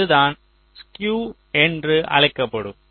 இதுதான் ஸ்குயு என்று அழைக்கப்படும்